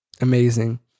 Amazing